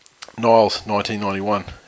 Niles1991